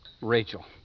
Rachel